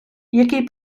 який